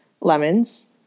lemons